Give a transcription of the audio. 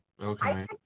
Okay